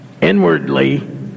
Inwardly